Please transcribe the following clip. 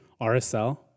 RSL